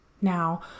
Now